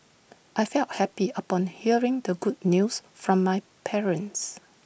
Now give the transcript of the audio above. I felt happy upon hearing the good news from my parents